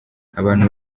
abantu